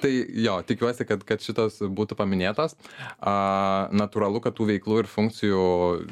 tai jo tikiuosi kad kad šitas būtų paminėtas natūralu kad tų veiklų ir funkcijų